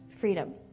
freedom